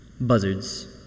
buzzards